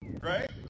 right